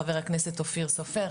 חבר הכנסת אופיר סופר,